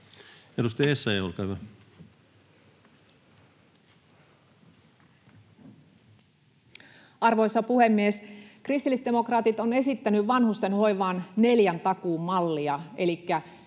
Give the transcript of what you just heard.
Edustaja Essayah, olkaa hyvä. Arvoisa puhemies! Kristillisdemokraatit ovat esittäneet vanhustenhoivaan neljän takuun mallia — hygieniatakuu,